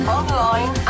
online